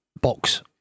box